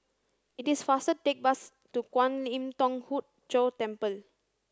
it is faster to take bus to Kwan Im Thong Hood Cho Temple